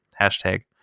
hashtag